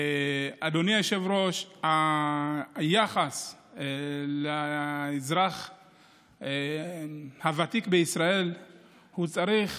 אדוני היושב-ראש, היחס לאזרח הוותיק בישראל צריך